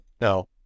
no